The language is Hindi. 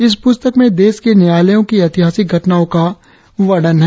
इस पुस्तक में देश के न्यायालयों की ऐतिहासिक घटनाक्रमों का वर्णन है